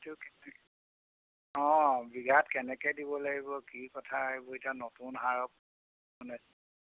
অঁ বিঘাত কেনেকৈ দিব লাগিব কি কথা এইবোৰ এতিয়া নতুন সাৰ মানে